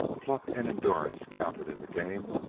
pluck and endurance counted in the game,